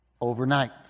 overnight